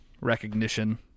recognition